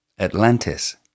Atlantis